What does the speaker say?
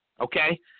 okay